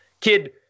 Kid